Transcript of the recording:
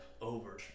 over